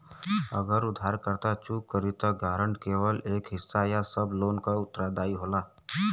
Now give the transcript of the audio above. अगर उधारकर्ता चूक करि त गारंटर केवल एक हिस्सा या सब लोन क उत्तरदायी होला